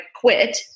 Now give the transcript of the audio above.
quit